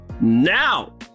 Now